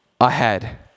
ahead